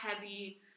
heavy